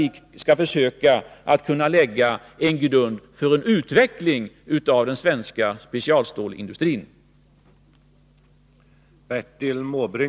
Vi skall försöka lägga en grund för en utveckling av den svenska specialstålsindustrin.